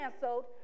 canceled